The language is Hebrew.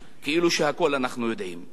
כאילו הכול אנחנו יודעים.